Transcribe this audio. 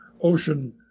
ocean